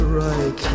right